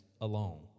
alone